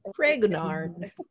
Pregnard